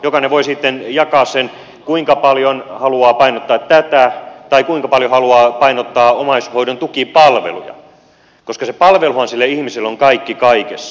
jokainen voi sitten jakaa sen kuinka paljon haluaa painottaa tätä tai kuinka paljon haluaa painottaa omaishoidon tukipalveluja koska se palveluhan sille ihmisille on kaikki kaikessa